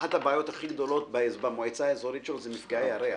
ואחת הבעיות הכי גדולות במועצה האיזורית שלו זה מפגעי הריח